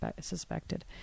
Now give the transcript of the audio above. suspected